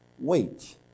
Wait